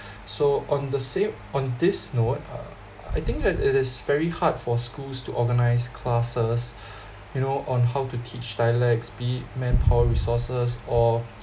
so on the same on this note uh I think that it is very hard for schools to organise classes you know on how to teach dialects be it manpower resources or